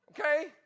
Okay